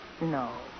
No